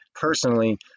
personally